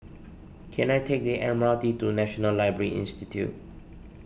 can I take the M R T to National Library Institute